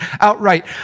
outright